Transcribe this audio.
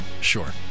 sure